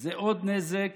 זה עוד נזק